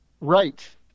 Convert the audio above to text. Right